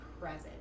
present